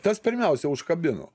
tas pirmiausia užkabino